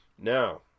Now